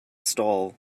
stall